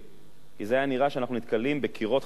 כי זה היה נראה שאנחנו נתקלים בקירות חסומים,